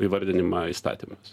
įvardinimą įstatymais